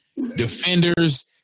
defenders